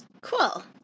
Cool